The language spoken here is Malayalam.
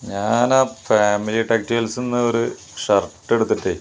ഞാനാ ഫാമിലീ ടെക്സ്റ്റെയിൽസ്ന്നൊരു ഷർട്ട്ട്ത്തിട്ടെ